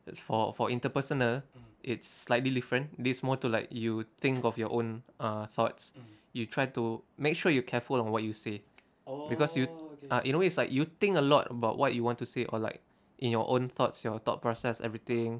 it's for for interpersonal it's slightly different this more to like you think of your own uh thoughts you try to make sure you're careful on what you say because you ah in a way it's like you think a lot about what you want to say or like in your own thoughts your thought process everything